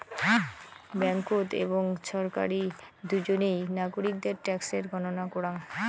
ব্যাঙ্ককোত এবং ছরকারি দুজনেই নাগরিকদের ট্যাক্সের গণনা করাং